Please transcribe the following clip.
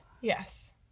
Yes